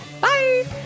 Bye